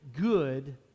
good